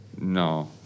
No